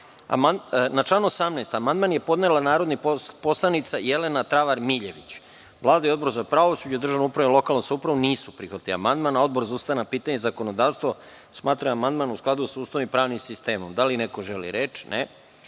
član 18. amandman je podnela narodni poslanik Jelena Travar Miljević. Vlada i Odbor za pravosuđe i državnu upravu i lokalnu samoupravu nisu prihvatili amandman. Odbor za ustavna pitanja i zakonodavstvo smatra da je amandman u skladu sa Ustavom i pravnim sistemom. Da li neko želi reč?